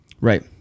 right